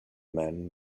man